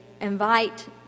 invite